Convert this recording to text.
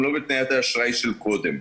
גם לא בתנאי האשראי של קודם.